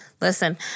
Listen